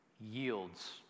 yields